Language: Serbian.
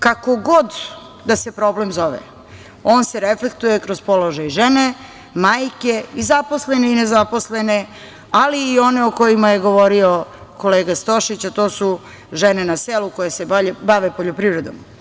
Kako god da se problem zove, on se reflektuje kroz položaj žene, majke i zaposlene i nezaposlene, ali i one o kojima je govorio kolega Stošić, a to su žene na selu koje se bave poljoprivredom.